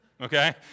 okay